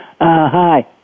Hi